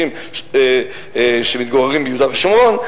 330,000 שמתגוררים ביהודה ושומרון.